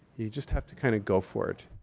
you just have to kind of go for it.